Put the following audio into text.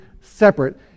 separate